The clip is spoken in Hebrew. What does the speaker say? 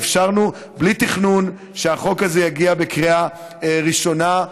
ואפשרנו בלי תכנון שהחוק הזה יגיע בקריאה הראשונה.